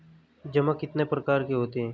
जमा कितने प्रकार के होते हैं?